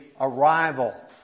arrival